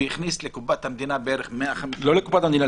שהכניס לקופת המדינה -- לא לקופת המדינה,